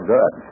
Good